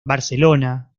barcelona